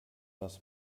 was